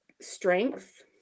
strength